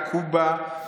קובה,